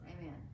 Amen